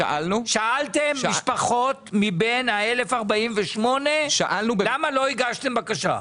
שאלתם משפחות מבין ה-1,048 למה לא הגשתם בקשה.